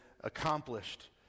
accomplished